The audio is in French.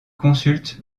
consulte